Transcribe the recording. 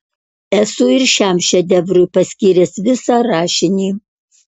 esu ir šiam šedevrui paskyręs visą rašinį